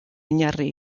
oinarri